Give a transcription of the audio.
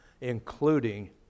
including